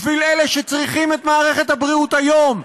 בשביל אלה שצריכים את מערכת הבריאות היום,